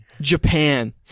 Japan